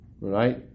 Right